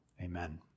Amen